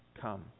come